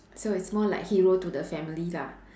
so it's more like hero to the family lah